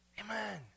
Amen